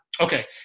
Okay